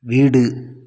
வீடு